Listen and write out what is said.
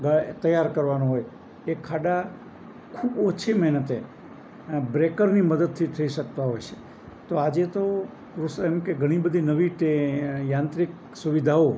તૈયાર કરવાનું હોય એ ખાડા ખૂબ ઓછી મહેનતે બ્રેકરની મદદથી થઈ શકતા હોય છે તો આજે તો એમ કે ઘણી બધી નવી યાંત્રિક સુવિધાઓ